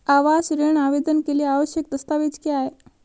आवास ऋण आवेदन के लिए आवश्यक दस्तावेज़ क्या हैं?